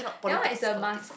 that one is a must